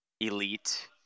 elite